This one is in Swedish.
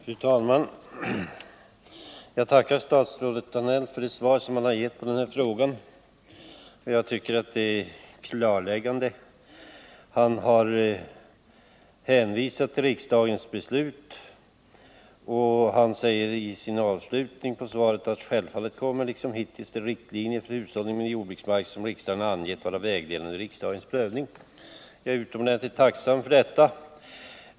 Fru talman! Jag tackar statsrådet Danell för det svar han gav på den här Måndagen den frågan. Jag tycker att det är klarläggande. Statsrådet Danell hänvisade till 21 januari 1980 riksdagens beslut och säger i slutet av svaret:” Självfallet kommer — liksom hittills — de riktlinjer för hushållning med jordbruksmark som riksdagen angett vara vägledande vid riksdagens prövning.” Jag är utomordentligt tacksam för detta.